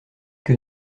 que